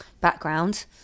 background